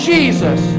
Jesus